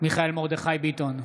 מיכאל מרדכי ביטון,